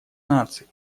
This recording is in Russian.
наций